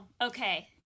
Okay